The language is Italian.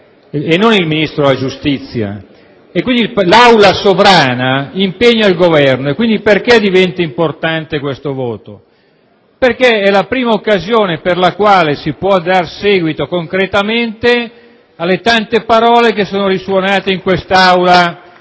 e non il Ministro della giustizia. Quindi, l'Aula sovrana impegna il Governo. Questo voto diventa allora importante perché è la prima occasione con la quale si può dar seguito concretamente alle tante parole che sono risuonate in quest'Aula